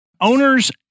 owners